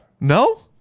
No